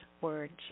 words